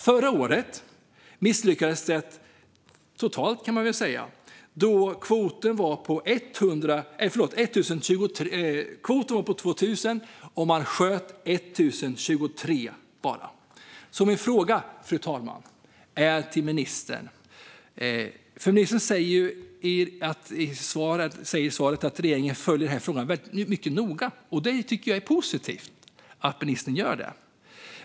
Förra året misslyckades jakten totalt, kan man väl säga, då kvoten var på 2 000 och man sköt endast 1 023. Fru talman! Ministern säger i sitt svar att regeringen följer den här frågan mycket noga. Det tycker jag är positivt.